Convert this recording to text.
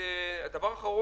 דבר אחר,